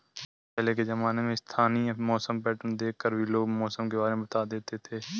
पहले के ज़माने में स्थानीय मौसम पैटर्न देख कर भी लोग मौसम के बारे में बता देते थे